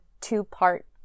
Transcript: two-part